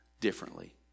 differently